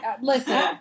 Listen